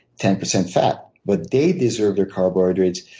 ten percent fat. but they deserve their carbohydrates.